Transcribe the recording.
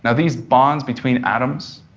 these bonds between atoms,